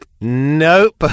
nope